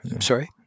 sorry